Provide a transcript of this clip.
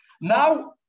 Now